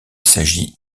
s’agit